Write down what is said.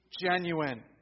genuine